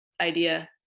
idea